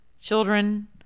children